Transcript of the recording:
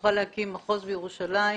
שנוכל להקים מחוז בירושלים,